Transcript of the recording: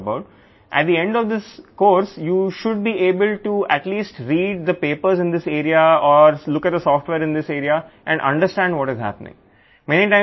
కాబట్టి ఈ ఉపన్యాసం చివరిలో మీకు కొన్ని సాధారణ అప్లికేషన్లను పేపర్లను కనీసం చదవగలగాలి లేదా ఈ ప్రాంతంలోని సాఫ్ట్వేర్ని చూసి ఏమి జరుగుతుందో అర్థం చేసుకోవాలి